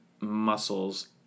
muscles